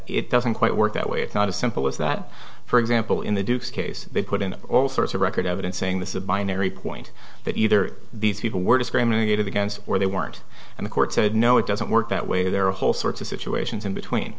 it doesn't quite work that way it's not as simple as that for example in the duke's case they put in all sorts of record evidence saying this is a binary point that either these people were discriminated against or they weren't and the court said no it doesn't work that way there are a whole sorts of situations in between